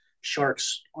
sharks